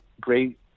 great